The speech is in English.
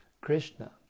Krishna